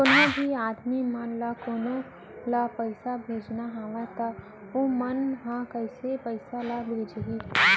कोन्हों भी आदमी मन ला कोनो ला पइसा भेजना हवय त उ मन ह कइसे पइसा ला भेजही?